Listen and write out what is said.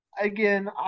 again